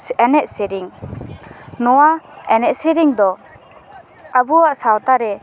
ᱮᱱᱮᱡ ᱥᱮᱨᱮᱧ ᱱᱚᱣᱟ ᱮᱱᱮᱡ ᱥᱮᱨᱮᱧ ᱫᱚ ᱟᱵᱚᱣᱟᱜ ᱥᱟᱶᱛᱟ ᱨᱮ